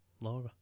Laura